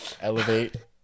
Elevate